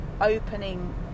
opening